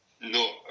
No